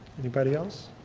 anybody else?